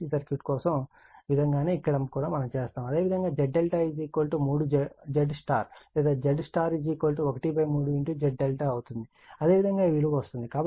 DC circuit కోసం చేసిన విధంగానే ఇక్కడ కూడా మనము చేస్తాము అదే విధంగా చేస్తే Z∆ 3 ZY లేదా ZY 13 Z∆ అవుతుంది అదేవిధంగా ఈ విలువ వస్తుంది